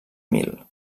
mil